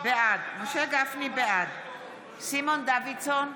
בעד סימון דוידסון,